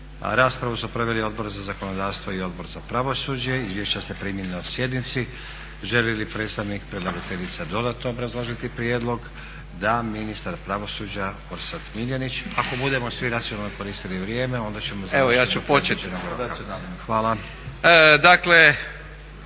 Raspravu su proveli Odbor za zakonodavstvo i Odbor za pravosuđe. Izvješća ste primili na sjednici. Želi li predstavnik predlagateljica dodatno obrazložiti prijedlog? Da. Ministar pravosuđa Orsat Miljenić. Ako budemo svi racionalno koristili vrijeme onda ćemo završiti …/Govornici